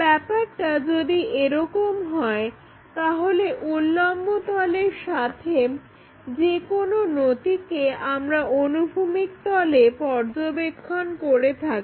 ব্যাপারটা যদি এরকম হয় তাহলে উল্লম্ব তলের সাথে যে কোনো নতিকে আমরা অনুভূমিক তলে পর্যবেক্ষণ করে থাকি